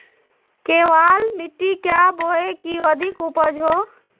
केबाल मिट्टी क्या बोए की अधिक उपज हो?